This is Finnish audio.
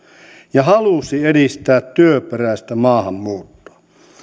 ja halusi edistää työperäistä maahanmuuttoa